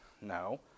No